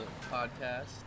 podcast